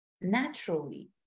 naturally